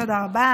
תודה רבה.